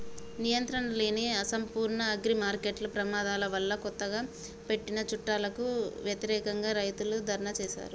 నియంత్రణలేని, అసంపూర్ణ అగ్రిమార్కెట్ల ప్రమాదాల వల్లకొత్తగా పెట్టిన చట్టాలకు వ్యతిరేకంగా, రైతులు ధర్నా చేశారు